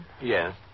Yes